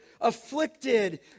afflicted